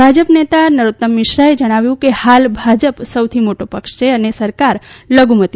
ભાજપ નેતા નરોત્તમ મિશ્રાએ જણાવ્યું કે હાલ ભાજપ સૌથી મોટો પક્ષ છે અને સરકાર લધુમતિમાં છે